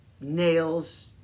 nails